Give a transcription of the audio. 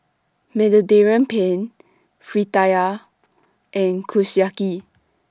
Mediterranean Penne Fritada and Kushiyaki